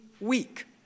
week